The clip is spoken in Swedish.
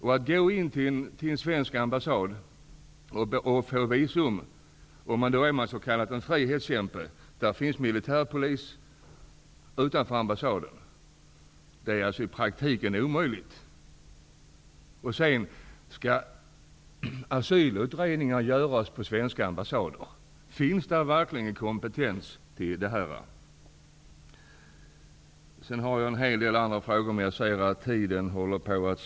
Om man är en s.k. frihetskämpe måste man alltså gå in på en svensk ambassad och söka visum. Utanför ambassaden finns militärpolis. Det är således omöjligt att i praktiken få visum. Asylutredningar skall göras på svenska ambassader. Har man verkligen sådan kompetens? Jag har en hel rad ytterligare frågor, men jag ser att tiden inte räcker till.